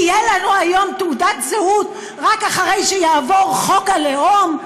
תהיה לנו היום תעודת זהות רק אחרי שיעבור חוק הלאום?